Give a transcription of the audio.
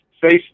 face